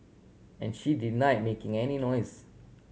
and she deny making any noise